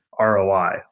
ROI